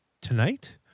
Tonight